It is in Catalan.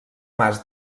mas